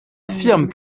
affirment